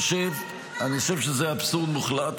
אני חושב שזה אבסורד מוחלט.